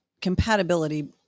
compatibility